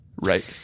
right